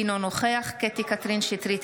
אינו נוכח קטי קטרין שטרית,